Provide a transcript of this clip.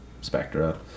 spectra